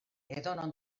edonon